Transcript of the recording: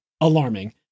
alarming